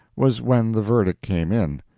was when the verdict came in.